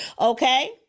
Okay